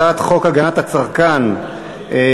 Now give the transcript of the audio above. הצעת חוק הגנת הצרכן (תיקון,